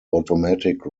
automatic